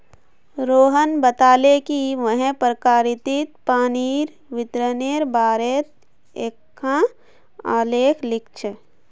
रोहण बताले कि वहैं प्रकिरतित पानीर वितरनेर बारेत एकखाँ आलेख लिख छ